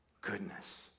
goodness